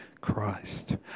Christ